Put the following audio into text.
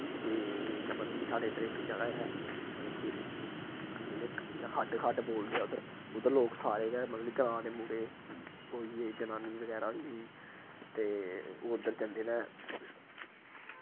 ते इ'यां मतलब कि साढ़े इद्धर इक जगह ऐ खे इयां खड्ड खड्ड बोलदे ऐ इद्धर उद्धर लोक सारे गै मतलब ग्रांऽ दे मुड़े होई गे जनानी बगैरा होई गेई ते ओह् उद्धर जन्दे न